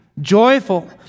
joyful